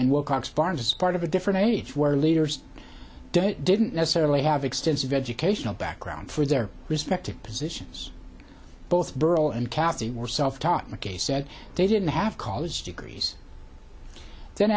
and wilcox barnes as part of a different age where leaders didn't necessarily have extensive educational background for their respective positions both burl and kathy were self taught mckay said they didn't have callers degrees then